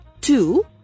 Two